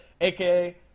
aka